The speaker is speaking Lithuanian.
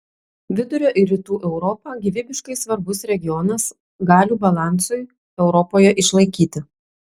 vidurio ir rytų europa gyvybiškai svarbus regionas galių balansui europoje išlaikyti